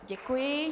Děkuji.